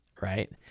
right